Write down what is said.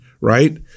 Right